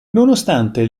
nonostante